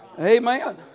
Amen